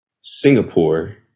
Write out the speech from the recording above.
Singapore